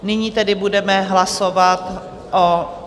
Nyní tedy budeme hlasovat o...